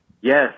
Yes